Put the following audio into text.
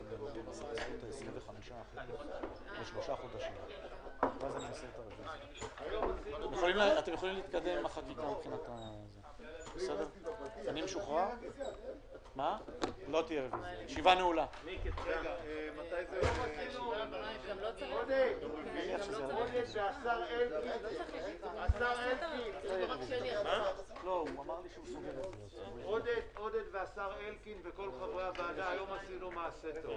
18:21.